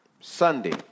Sunday